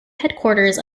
headquarters